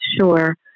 Sure